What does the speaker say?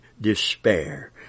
despair